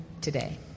today